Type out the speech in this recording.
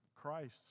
Christ